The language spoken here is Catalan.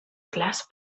clars